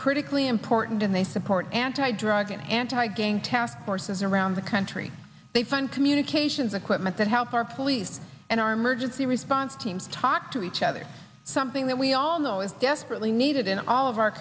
critically important and they support anti drug an anti gay task forces around the country they fund communications equipment that helps our police and our merchants the response teams talk to each other something that we all know is desperately needed in all of our